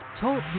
TALK